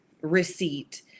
receipt